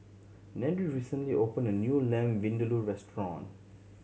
Nery recently opened a new Lamb Vindaloo restaurant